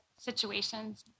situations